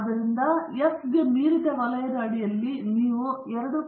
ಆದ್ದರಿಂದ ಎಫ್ಗೆ ಮೀರಿದ ವಲಯದ ಅಡಿಯಲ್ಲಿ ನೀವು 2